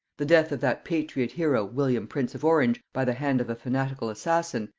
the death of that patriot hero william prince of orange by the hand of a fanatical assassin,